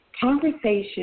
conversation